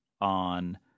on